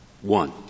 One